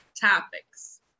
topics